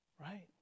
right